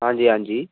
हां जी हां जी